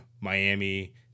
Miami